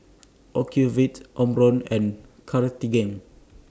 Ocuvite Omron and Cartigain